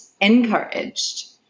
encouraged